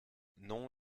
non